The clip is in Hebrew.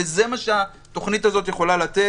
וזה מה שהתוכנית הזאת יכולה לתת.